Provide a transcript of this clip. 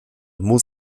muss